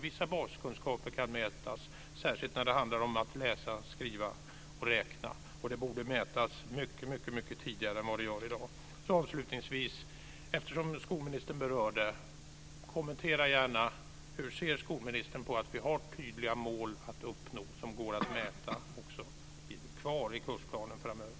Vissa baskunskaper kan dock mätas, särskilt när det handlar om att läsa, skriva och räkna, och de borde mätas mycket tidigare än vad man gör i dag. Jag undrar också: Hur ser skolministern på att vi har kvar tydliga mål att uppnå som går att mäta i kursplanen framöver?